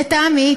לטעמי,